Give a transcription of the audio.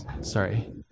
sorry